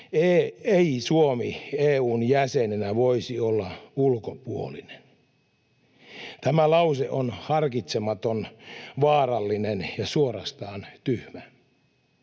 ei Suomi EU:n jäsenenä voisi olla ulkopuolinen. Tämä lause on harkitsematon, vaarallinen ja suorastaan tyhmä.